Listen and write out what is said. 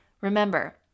Remember